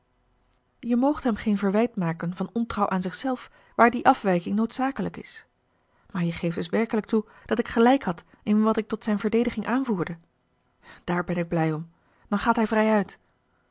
je moogt hem geen verwijt maken van ontrouw aan zichzelf waar die afwijking noodzakelijk is maar je geeft dus werkelijk toe dat ik gelijk had in wat ik tot zijn verdediging aanvoerde daar ben ik blij om dan gaat hij vrij